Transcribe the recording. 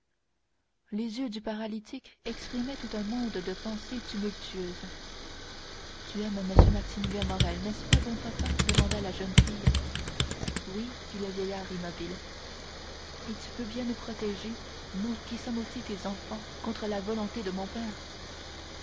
les yeux du paralytique exprimaient tout un monde de pensées tumultueuses tu aimes m maximilien morrel n'est-ce pas bon papa demanda la jeune fille oui fit le vieillard immobile et tu peux bien nous protéger nous qui sommes aussi tes enfants contre la volonté de mon père